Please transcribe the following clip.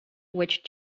which